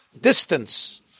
distance